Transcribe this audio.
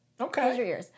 Okay